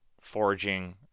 foraging